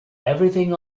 everything